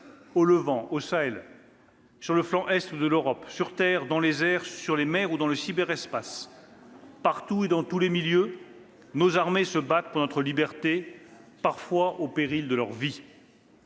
au Levant, au Sahel ou sur le flanc est de l'Europe, sur terre, dans les airs, sur les mers ou dans le cyberespace. « Partout et dans tous les milieux, nos soldats se battent pour notre liberté, parfois au péril de leur vie.